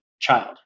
child